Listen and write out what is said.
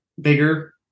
bigger